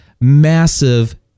massive